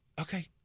okay